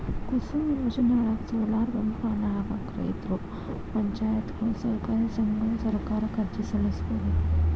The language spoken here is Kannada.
ಕುಸುಮ್ ಯೋಜನೆಯೊಳಗ, ಸೋಲಾರ್ ಪಂಪ್ಗಳನ್ನ ಹಾಕಾಕ ರೈತರು, ಪಂಚಾಯತ್ಗಳು, ಸಹಕಾರಿ ಸಂಘಗಳು ಸರ್ಕಾರಕ್ಕ ಅರ್ಜಿ ಸಲ್ಲಿಸಬೋದು